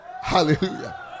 Hallelujah